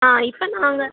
ஆ இப்போ நாங்கள்